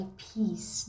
peace